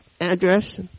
address